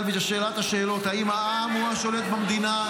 ולשאלת השאלות: האם העם הוא השולט במדינה?